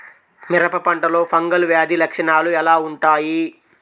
మిరప పంటలో ఫంగల్ వ్యాధి లక్షణాలు ఎలా వుంటాయి?